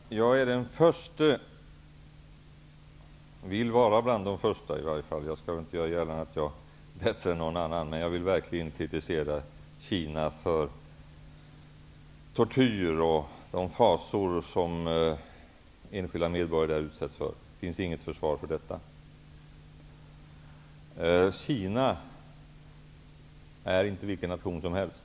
Herr talman! Jag är den förste -- i alla fall vill jag vara bland de första, för jag vill inte göra gällande att jag skulle vara bätte än någon annan -- att verkligen kritisera Kina för tortyr och för de fasor som enskilda medborgare där utsätts för. Det finns inget försvar i det avseendet. Kina är inte vilken nation som helst.